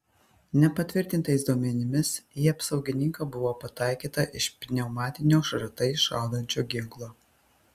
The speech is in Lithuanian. nepatvirtintais duomenimis į apsaugininką buvo pataikyta iš pneumatinio šratais šaudančio ginklo